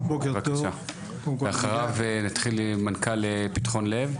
בבקשה ואחריו נתחיל עם מנכ"ל פתחון לב.